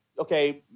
okay